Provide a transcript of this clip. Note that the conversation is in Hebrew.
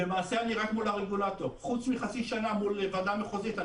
אני רק מול הרגולטור חוץ מחצי שנה מול הוועדה המחוזית,